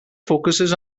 focuses